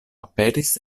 aperis